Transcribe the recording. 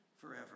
forever